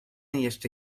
jeszcze